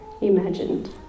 imagined